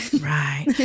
right